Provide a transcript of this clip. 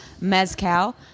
mezcal